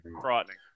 frightening